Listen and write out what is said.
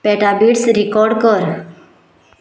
petabits record कर